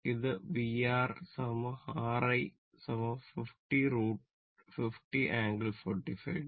ഇത് VR R I 50 ∟ 45 o